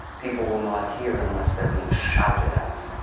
people will not hear unless they're being shouted at.